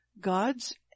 God's